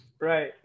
Right